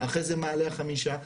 אחרי זה מעלה החמישה.